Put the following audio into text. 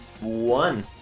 one